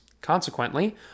Consequently